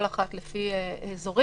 כל אחת לפי האזור.